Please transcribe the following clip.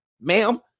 Ma'am